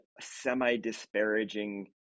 semi-disparaging